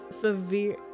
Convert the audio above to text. severe